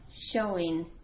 showing